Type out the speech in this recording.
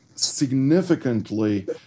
significantly